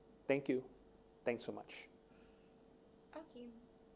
thank you thanks so much